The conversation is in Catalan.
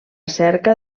cerca